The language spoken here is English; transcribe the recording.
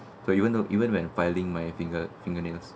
or even though even when filing my finger fingernails